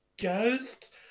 ghost